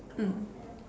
mm